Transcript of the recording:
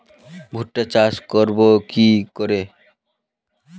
ভুট্টা চাষ করব কি করে?